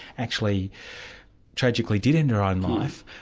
actually tragically did end her own life.